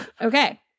Okay